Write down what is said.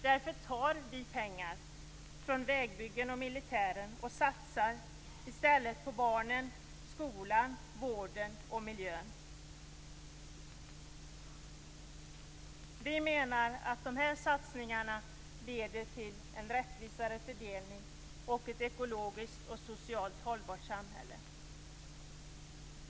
Därför tar vi pengar från vägbyggen och från det militära och satsar dem i stället på barnen, skolan, vården och miljön. Vi menar att de här satsningarna leder till en rättvisare fördelning och ett ekologiskt och socialt hållbart samhälle.